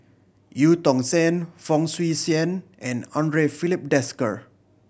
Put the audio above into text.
Eu Tong Sen Fong Swee Suan and Andre Filipe Desker